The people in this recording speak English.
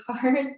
cards